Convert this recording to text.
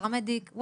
פרמדיק,